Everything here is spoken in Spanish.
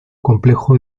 complejo